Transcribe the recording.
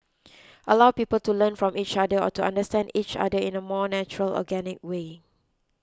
allow people to learn from each other or to understand each other in a more natural organic way